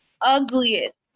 ugliest